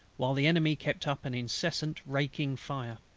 while the enemy kept up an incessant raking fire.